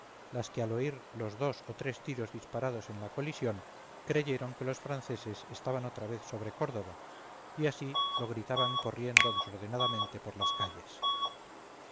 las que al oír los dos o tres tiros disparados en la colisión creyeron que los franceses estaban otra vez sobre córdoba y así lo gritaban corriendo desordenadamente por las calles